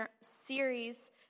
series